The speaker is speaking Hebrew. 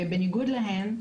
בניגוד להם,